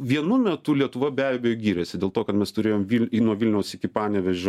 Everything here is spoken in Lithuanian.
vienu metu lietuva be abejo gyrėsi dėl to kad mes turėjom vil į nuo vilniaus iki panevėžio